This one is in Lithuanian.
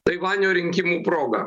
taivanio rinkimų proga